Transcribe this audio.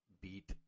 beat